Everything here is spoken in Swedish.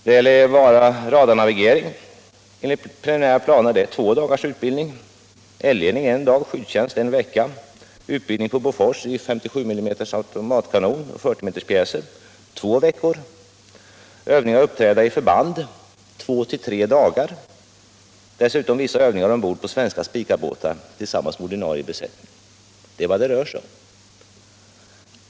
Vad gäller radarnavigering är det enligt preliminära planer två dagars utbildning, för eldledning en dag, för skyddstjänst en vecka och för utbildning på Bofors för 57 mm automatkanon och 40 mm-pjäser två veckor samt för övning att uppträda i förband två till tre dagar. Dessutom förekommer vissa övningar ombord på svenska Spicabåtar tillsammans med ordinarie besättning. Det är vad det rör sig om.